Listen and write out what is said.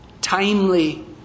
timely